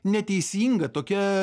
neteisinga tokia